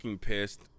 pissed